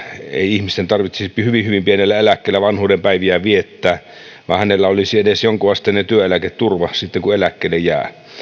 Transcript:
ei tarvitsisi hyvin hyvin pienellä eläkkeellä vanhuudenpäiviään viettää vaan hänellä olisi edes jonkinasteinen työeläketurva sitten kun eläkkeelle jää